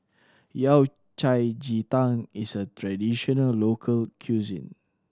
Yao Cai ji tang is a traditional local cuisine